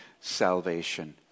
salvation